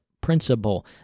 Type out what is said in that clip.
principle